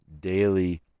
daily